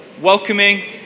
Welcoming